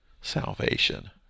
salvation